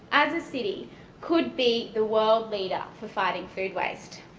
as a city could be the world leader for fighting food waste.